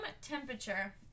temperature